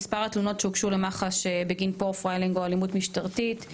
מספר התלונות שהוגשו למח"ש בגין פרופיילינג או אלימות משטרתית,